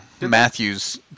Matthews